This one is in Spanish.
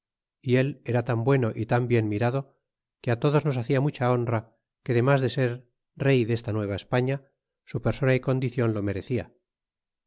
y él era tan bueno y tan bien mirado que todos nos hacia mucha honra que demas de ser rey desta nueva españa su persona y condicion lo merecia